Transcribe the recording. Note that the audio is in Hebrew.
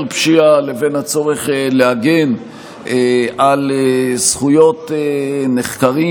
פשיעה לבין הצורך להגן על זכויות נחקרים.